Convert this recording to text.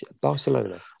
Barcelona